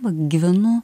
va gyvenu